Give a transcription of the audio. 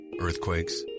earthquakes